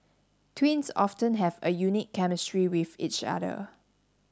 twins often have a unique chemistry with each other